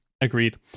Agreed